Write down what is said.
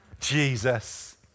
Jesus